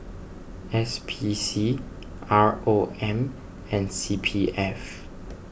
S P C R O M and C P F